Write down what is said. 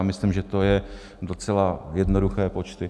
Já myslím, že to jsou docela jednoduché počty.